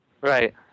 Right